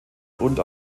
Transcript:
und